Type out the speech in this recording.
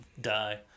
die